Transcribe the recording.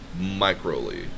microly